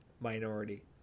minority